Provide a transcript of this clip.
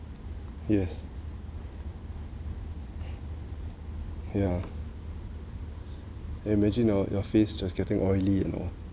yes yeah imagine your your face just getting oily and all